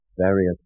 various